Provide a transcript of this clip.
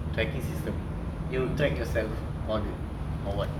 tracking system you track yourself or the or what